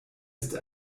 ist